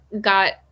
got